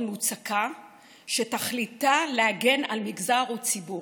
מוצקה שתכליתה להגן על מגזר או ציבור.